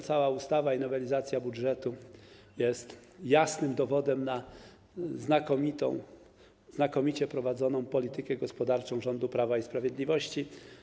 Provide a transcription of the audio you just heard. Cała ustawa i nowelizacja budżetu to jasny dowód na znakomicie prowadzoną politykę gospodarczą rządu Prawa i Sprawiedliwości.